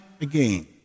again